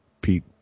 Pete